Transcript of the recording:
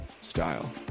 style